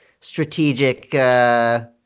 strategic